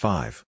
Five